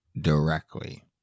directly